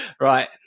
right